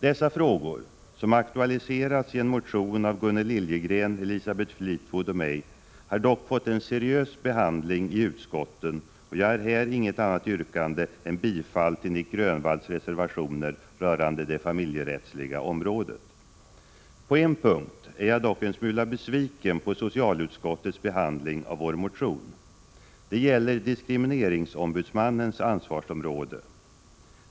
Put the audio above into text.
Dessa frågor, som aktualiserats i en motion av Gunnel Liljegren, Elisabeth Fleetwood och mig, har dock fått en seriös behandling i utskotten, och jag har här inget annat yrkande än om bifall till Nic Grönvalls reservationer rörande det familjerättsliga området. På en punkt är jag dock en smula besviken på socialutskottets behandling av vår motion. Det gäller diskrimineringsombudsmannens ansvarsområde.